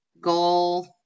goal